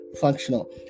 functional